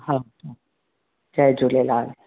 हा जय झूलेलाल